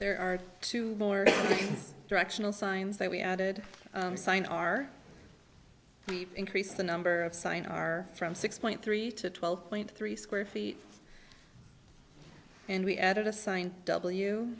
there are two more directional signs that we added sign are we increase the number of sign are from six point three to twelve point three square feet and we added a sine w